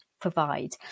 provide